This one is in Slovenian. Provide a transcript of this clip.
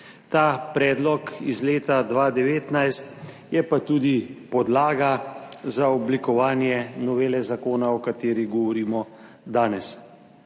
Ta predlog iz leta 2019 je pa tudi podlaga za oblikovanje novele zakona, o kateri govorimo danes.